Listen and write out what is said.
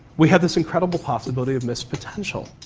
we have this incredible possibility of missed potential.